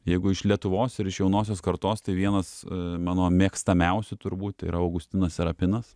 jeigu iš lietuvos ir iš jaunosios kartos tai vienas mano mėgstamiausių turbūt tai yra augustinas serapinas